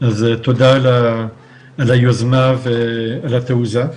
אז תודה על היוזמה ועל התעוזה.